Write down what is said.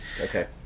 okay